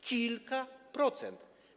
Kilka procent.